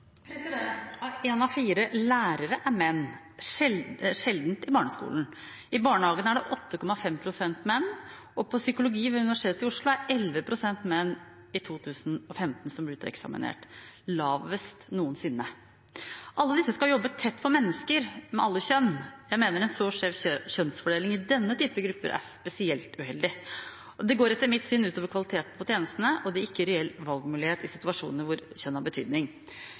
En av fire lærere er menn, men sjelden i barneskolen. I barnehagene er 8,5 pst. menn, og på psykologi ved Universitetet i Oslo er 11 pst. menn, av dem som ble uteksaminert i 2015, lavest noensinne. Alle disse skal jobbe tett på mennesker, av alle kjønn. Jeg mener en så skjev kjønnsfordeling i denne type grupper er spesielt uheldig, og det går etter mitt syn ut over kvaliteten på tjenestene, og det gir ikke reell valgmulighet i situasjoner hvor kjønn har betydning.